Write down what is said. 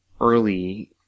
early